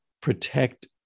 protect